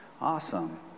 awesome